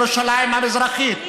אין אישור כניסה לכם לירושלים המזרחית.